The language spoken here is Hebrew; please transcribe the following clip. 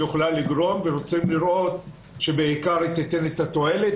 יכולה לגרום ורוצים לראות שבעיקר היא תיתן את התועלת